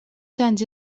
sants